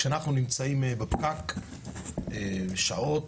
כשאנחנו נמצאים בפקק שעות,